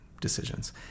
decisions